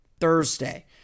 Thursday